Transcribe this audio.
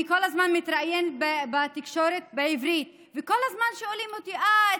אני כל הזמן מתראיינת בתקשורת בעברית וכל הזמן שואלים אותי: אה,